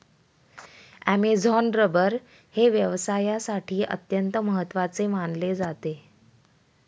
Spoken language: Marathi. ॲमेझॉन रबर हे व्यवसायासाठी अत्यंत महत्त्वाचे मानले जाते